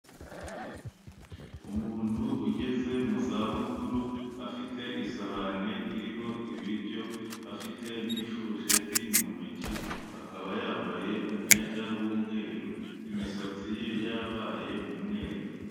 Umuntu ugeze mu zabukuru afite isahani iriho ibiryo, afite n'ifurusheti mu ntoki, akaba yambaye umwenda w'umweru, imisatsi ye yarabaye umweru.